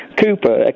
Cooper